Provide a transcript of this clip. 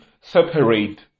separate